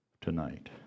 Tonight